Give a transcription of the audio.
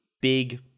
big